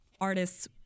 artists